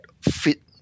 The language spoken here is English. fit